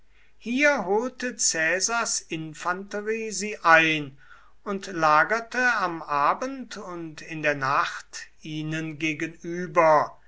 hier holte caesars infanterie sie ein und lagerte am abend und in der nacht ihnen gegenüber